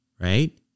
right